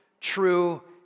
true